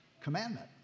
commandment